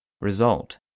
Result